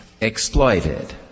exploited